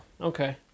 Okay